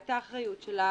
את האחריות שלה,